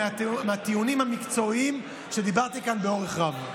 מהטיעונים המקצועיים שדיברתי עליהם כאן באורך רב.